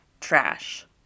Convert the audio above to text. trash